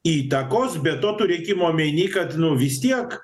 įtakos be to turėkim omenyje kad nu vis tiek